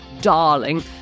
darling